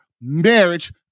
marriage